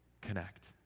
Connect